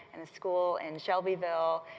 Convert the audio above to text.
a school in shelbyville,